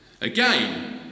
Again